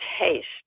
taste